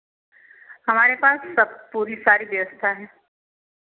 हमारे पास सब पूरी सारी व्यवस्था है